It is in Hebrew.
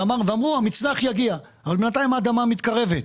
אמרו שהמצנח יגיע, רק בינתיים האדמה מתקרבת.